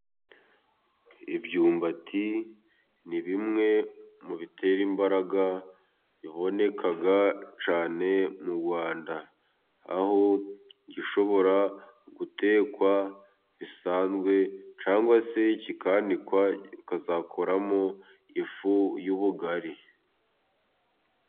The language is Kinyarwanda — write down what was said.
Imyumbati ni bimwe mu bitera imbaraga biboneka cyane mu Rwanda, aho gishobora gutekwa bisanzwe cyangwa se kikanikwa kikazakorwamo ifu y'ubugari.